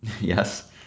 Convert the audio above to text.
Yes